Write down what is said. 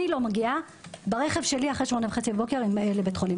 אני לא מגיעה ברכב שלי אחרי שמונה וחצי בבוקר לבית חולים,